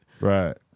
Right